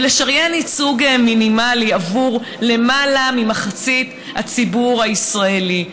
ולשריין ייצוג מינימלי עבור יותר ממחצית הציבור הישראלי.